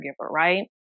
right